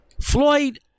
Floyd